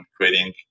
creating